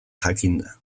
jakinda